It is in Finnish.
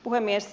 puhemies